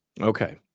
okay